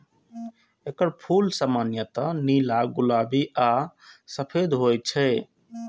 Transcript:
एकर फूल सामान्यतः नीला, गुलाबी आ सफेद होइ छै